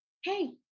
hey